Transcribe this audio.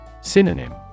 Synonym